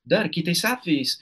dar kitais atvejais